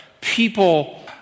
people